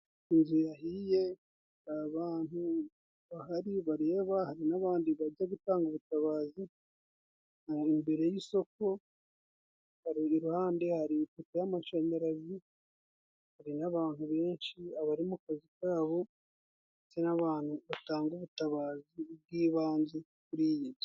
Inzu yahiye, abantu bahari bareba hari n'abandi bajya bitanga ubutabazi imbere y'isoko, hari iruhande hari ipoto y'amashanyarazi ,hari n'abantu benshi abari mu kazi kabo, ndetse n'abantu batanga ubutabazi bw'ibanze kuri iyi nzu